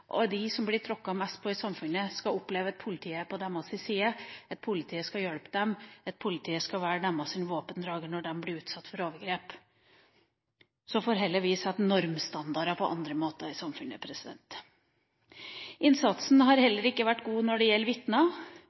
kvinnene, de som blir tråkket mest på i samfunnet, skal oppleve at politiet er på deres side, at politiet skal hjelpe dem, at politiet skal være deres våpendrager når de blir utsatt for overgrep. Så får vi heller sette normstandarder på andre måter i samfunnet. Innsatsen har heller ikke vært god når det gjelder